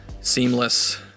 Seamless